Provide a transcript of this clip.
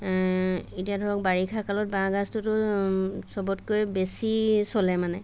এতিয়া ধৰক বাৰিষা কালত বাঁহ গাজটোতো সবতকৈ বেছি চলে মানে